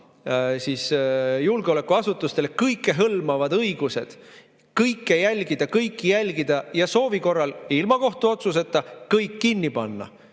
andma julgeolekuasutustele kõikehõlmavad õigused kõike jälgida, kõiki jälgida ja soovi korral ilma kohtuotsuseta kõik kinni panna,